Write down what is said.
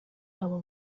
abo